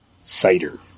cider